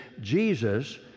Jesus